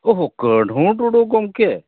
ᱚᱠᱟ ᱜᱚᱝᱠᱮ